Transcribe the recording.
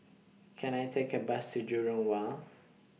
Can I Take A Bus to Jurong Wharf